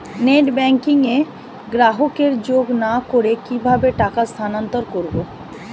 Net banking এ গ্রাহককে যোগ না করে কিভাবে টাকা স্থানান্তর করব?